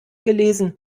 gelesen